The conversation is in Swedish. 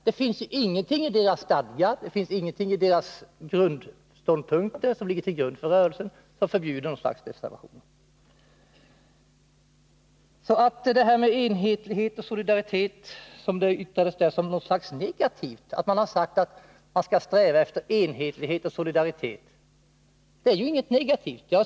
Det finns ingentingi den alliansfria rörelsens stadgar, ingenting i de ställningstaganden som ligger till grund för rörelsen som förbjuder reservationer. Ingrid Sundberg uppfattade det som negativt att man har uttalat att man skall sträva efter enhetlighet och solidaritet. Det är inget negativt.